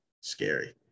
Scary